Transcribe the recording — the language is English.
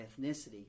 ethnicity